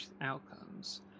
outcomes